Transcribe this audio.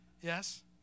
Yes